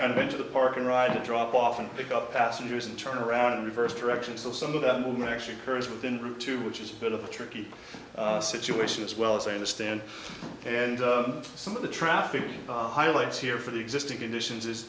kind of into the park and ride to drop off and pick up passengers and turn around and reverse direction so some of them were actually occurs within route to which is a bit of a tricky situation as well as i understand and some of the traffic highlights here for the existing conditions is